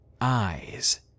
Eyes